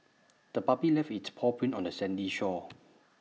the puppy left its paw prints on the sandy shore